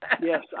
Yes